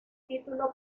título